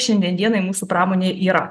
šiandien dienai mūsų pramonėj yra